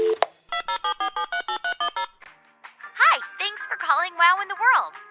ah hi. thanks for calling wow in the world.